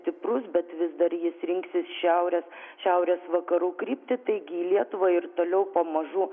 stiprus bet vis dar jis rinksis šiaurės šiaurės vakarų kryptį taigi į lietuvą ir toliau pamažu